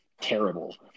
terrible